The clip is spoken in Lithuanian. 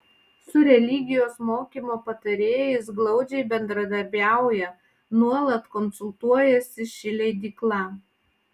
su religijos mokymo patarėjais glaudžiai bendradarbiauja nuolat konsultuojasi ši leidykla